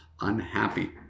unhappy